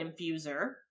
Infuser